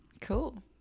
Cool